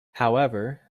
however